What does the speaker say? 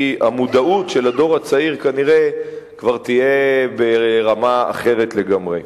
כי המודעות של הדור הצעיר כבר תהיה ברמה אחרת לגמרי.